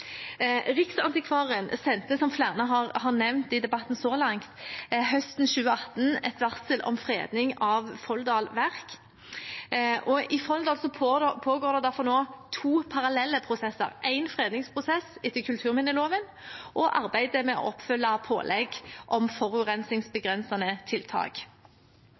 Riksantikvaren sendte, som flere har nevnt i debatten så langt, høsten 2018 et varsel om fredning av Folldal Verk. I Folldal pågår det derfor nå to parallelle prosesser, en fredningsprosess etter kulturminneloven og arbeidet med å følge opp pålegg om forurensningsbegrensende tiltak.